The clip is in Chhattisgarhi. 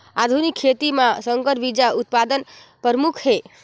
आधुनिक खेती म संकर बीज उत्पादन प्रमुख हे